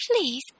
Please